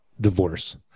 divorce